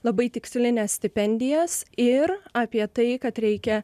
labai tikslines stipendijas ir apie tai kad reikia